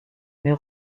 mais